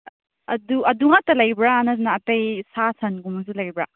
ꯑꯗꯨ ꯑꯗꯨ ꯉꯥꯛꯇ ꯂꯩꯕ꯭ꯔꯥ ꯅꯠꯇꯅ ꯑꯇꯩ ꯁꯥ ꯁꯟꯒꯨꯝꯕꯁꯨ ꯂꯩꯕ꯭ꯔꯥ